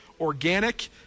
organic